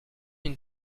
une